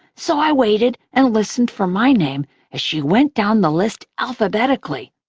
so i waited and listened for my name as she went down the list alphabetically.